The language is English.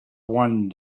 one